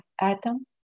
atom